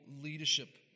leadership